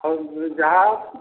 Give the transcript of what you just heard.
ହଉ ଯାହା